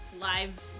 live